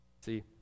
See